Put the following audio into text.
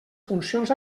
funcions